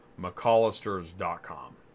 McAllister's.com